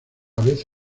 vez